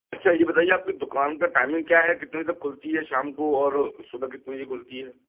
अच्छा ये बताइए आपके दुकान का टाइमिंग क्या है कितनी बजे तक खुलती है शाम को और सुबह कितनी बजे खुलती है